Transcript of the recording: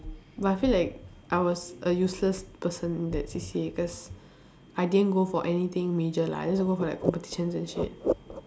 but I feel like I was a useless person in the C_C_A cause I didn't go for anything major lah I just for like competition and shit